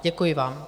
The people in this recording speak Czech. Děkuji vám.